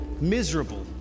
miserable